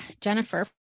Jennifer